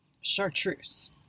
chartreuse